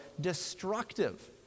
destructive